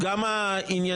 מי בעד?